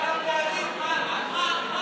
אתה,